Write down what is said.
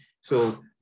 So-